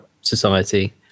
Society